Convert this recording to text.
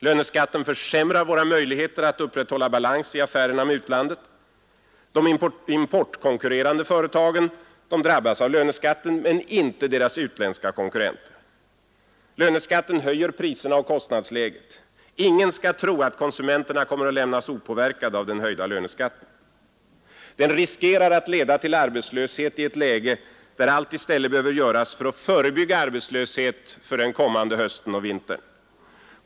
Löneskatten försämrar våra möjligheter att upprätthålla balans i affärerna med utlandet. De importkonkurrerande företagen drabbas av löneskatten men inte deras utländska konkurrenter. Den höjer priserna och kostnadsläget. Ingen skall tro att konsumenterna kommer att lämnas opåverkade av den höjda löneskatten. Den riskerar att leda till arbetslöshet i ett läge, där allt i stället behöver göras för att förebygga arbetslöshet för den kommande hösten och vintern.